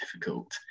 difficult